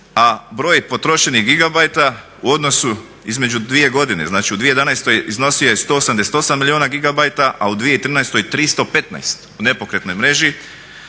a broj potrošenih gigabajta u odnosu između dvije godine, znači u 2011. iznosio je 188 milijuna gigabajta, a u 2013. 315 u nepokretnoj mreži